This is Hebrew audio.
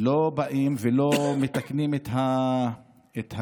לא באים ולא מתקנים את הנזק.